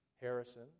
Harrison